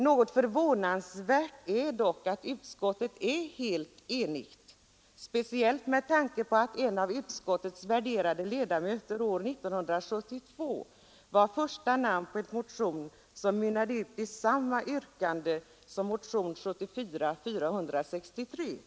Något förvånande är det dock att utskottet är helt enigt, speciellt med tanke på att en av utskottets värderade ledamöter år 1972 var första namn på en motion som utmynnade i samma yrkande som motionen 463 i år.